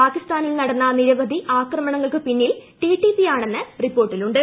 പാകിസ്ഥാനിൽ നടന്ന നിരവധി ഭീകര ആക്രമണങ്ങൾക്കു പിന്നിൽ ടിടിപിയാണെന്ന് റിപ്പോർട്ടിലുണ്ട്